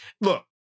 look